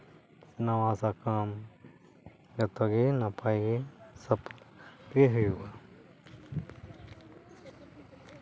ᱱᱟᱣᱟ ᱥᱟᱠᱟᱢ ᱡᱚᱛᱚᱜᱮ ᱱᱟᱯᱟᱭ ᱜᱮ ᱦᱩᱭᱩᱜᱼᱟ